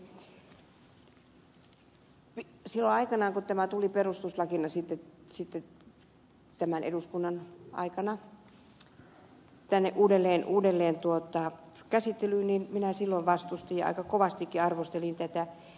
silloin aikanaan kun tämä tuli perustuslakina tämän eduskunnan aikana tänne uudelleen käsittelyyn minä vastustin ja aika kovastikin arvostelin tätä